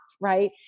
Right